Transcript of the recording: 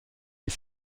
des